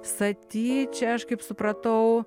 sati čia aš kaip supratau